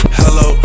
hello